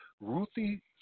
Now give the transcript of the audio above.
Ruthie